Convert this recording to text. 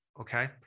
okay